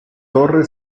torre